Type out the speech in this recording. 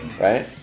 right